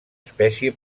espècie